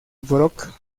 brock